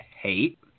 hate